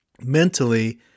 mentally